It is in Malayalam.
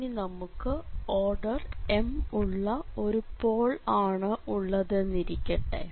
ഇനി നമുക്ക് ഓർഡർ m ഉള്ള ഒരു പോൾ ആണ് ഉള്ളതെന്നിരിക്കട്ടെ